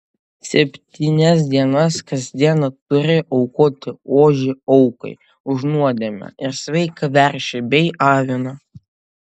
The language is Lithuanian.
septynias dienas kas dieną turi aukoti ožį aukai už nuodėmę ir sveiką veršį bei aviną